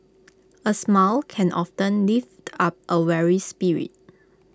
A smile can often lift up A weary spirit